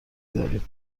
داریم